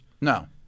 No